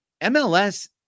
mls